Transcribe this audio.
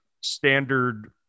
standard